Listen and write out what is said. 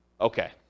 okay